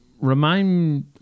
remind